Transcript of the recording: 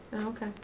okay